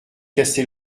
cassée